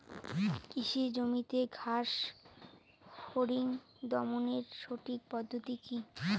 কৃষি জমিতে ঘাস ফরিঙ দমনের সঠিক পদ্ধতি কি?